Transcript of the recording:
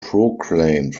proclaimed